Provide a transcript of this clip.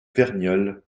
verniolle